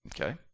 Okay